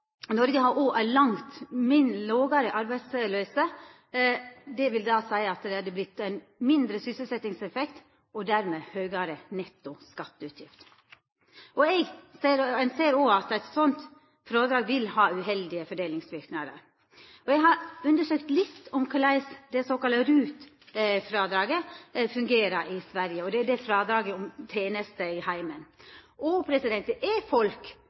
vil da seia at det hadde vorte ein mindre sysselsetjingseffekt og dermed høgare netto skatteutgift. Ein ser òg at eit slikt frådrag vil ha uheldige fordelingsverknader. Eg har undersøkt litt om korleis det såkalla RUT-frådraget – altså frådraget som gjeld tenester i heimen – fungerer i Sverige. Det er mest folk med høg inntekt som kan nytta seg av det frådraget.